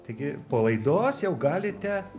taigi po laidos jau galite